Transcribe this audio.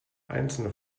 einzelne